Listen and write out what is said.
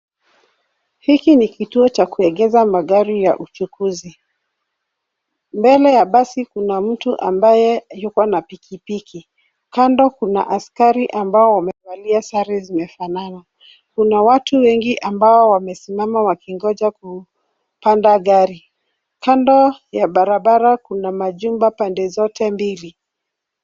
Hiki ni kituo cha kuegeza magari ya uchukuzi. Mbele ya basi kuna mtu ambaye yuko na pikipiki. Kando kuna askari ambao wamevalia sare zinazofanana. Kuna watu wengi ambao wamesimama wakingoja kupanda gari. Kando ya barabara kuna majumba pande zote mbili.